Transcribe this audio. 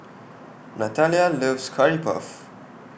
Natalia loves Curry Puff